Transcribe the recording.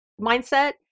mindset